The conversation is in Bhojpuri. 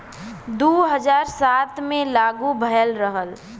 दू हज़ार सात मे लागू भएल रहल